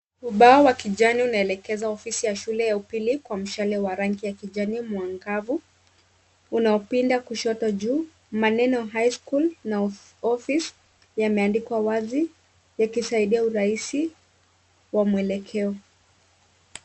Ubao wa kijani unaelekeza ofisi ya shule ya upili kwa mshale wa rangi ya kijani mwangavu unaopinda kushoto juu. Maneno High School na Office yameandikwa wazi yakisaidia urahisi wa mwelekeo.